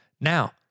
Now